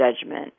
judgment